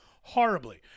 horribly